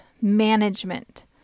management